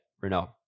Renault